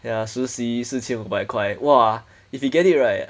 ya 熟悉四千五百块 !wah! if he get it right